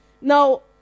Now